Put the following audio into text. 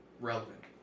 relevant